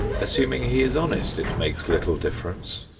assuming he is honest, it makes little difference.